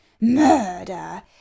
murder